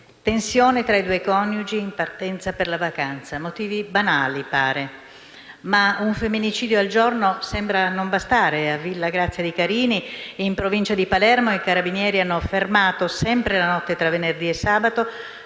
Tensione tra i due coniugi in partenza per le vacanze: motivi banali, pare. Ma un femminicidio al giorno sembra non bastare. A Villagrazia di Carini, in provincia di Palermo, i carabinieri hanno fermato, sempre nella notte tra venerdì e sabato,